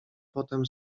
potem